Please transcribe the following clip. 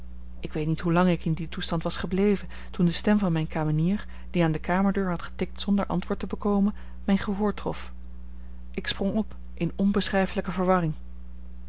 ik weet niet hoe lang ik in dien toestand was gebleven toen de stem van mijne kamenier die aan de kamerdeur had getikt zonder antwoord te bekomen mijn gehoor trof ik sprong op in onbeschrijfelijke verwarring